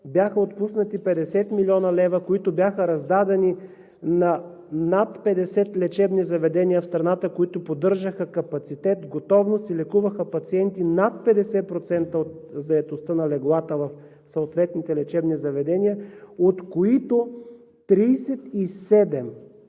бяха отпуснати 50 млн. лв., които бяха раздадени на над 50 лечебни заведения в страната, които поддържаха капацитет, готовност и лекуваха пациенти – над 50% от заетостта на леглата в съответните лечебни заведения, от които 37